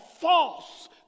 false